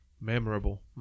Memorable